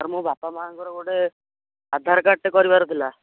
sir ମୋ ବାପା ମାଆଙ୍କର ଗୋଟେ ଆଧାର କାର୍ଡ଼ଟେ କରିବାର ଥିଲା